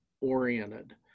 oriented